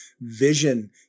vision